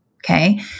Okay